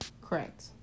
Correct